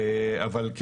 אבל,